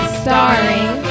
starring